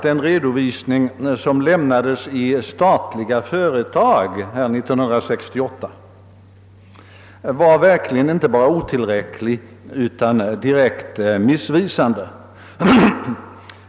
Den redovisning som lämnades 1968 i »Statliga företag» var verkligen inte bara otillräcklig utan direkt missvisande.